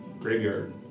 graveyard